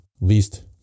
least